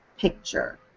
picture